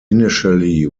initially